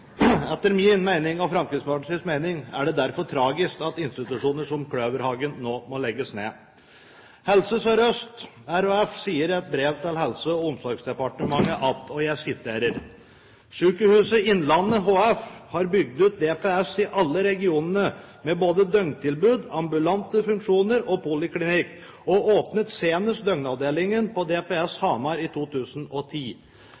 Etter Fremskrittspartiets mening er det derfor tragisk at institusjoner som Kløverhagen nå må legges ned. Helse Sør-Øst RHF skriver i et brev til Helse- og omsorgsdepartementet: «Sykehuset Innlandet HF har bygd ut DPS i alle regionene med både døgntilbud, ambulante funksjoner og poliklinikk, og åpnet senest døgnavdelingen på